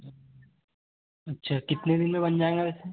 अच्छा कितने दिन में बन जाएगा वैसे